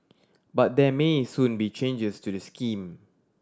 but there may soon be changes to the scheme